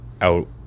out